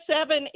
seven